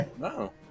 No